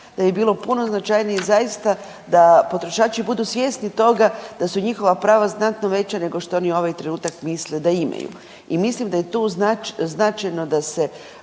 da bi bilo značajnije i zaista da potrošači budu svjesni toga da su njihova prava znatno veća nego što oni to ovaj trenutak misle da imaju i mislim da je tu značajno da se